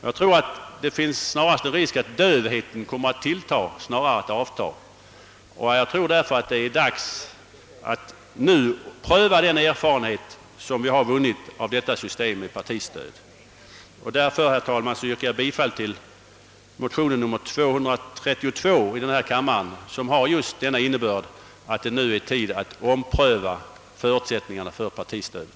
Jag tror att det finns risk att dövheten tilltar snarare än att den avtar, och jag tror att det nu är dags att pröva den erfarenhet vi vunnit av detta system med partistöd. Därför, herr talman, yrkar jag bifall till motionen 232 i denna kammare som har just denna innebörd, att det nu är tid att ompröva förutsättningarna för partistödet.